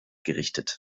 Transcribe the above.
gerichtet